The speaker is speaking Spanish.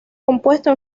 compuesto